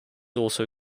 also